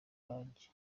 banjye